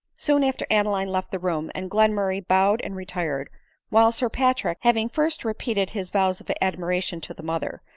soon after adeline left the room, and glenmurray bowed and retired while sir patrick, having first repeat ed his vows of admiration to the mother,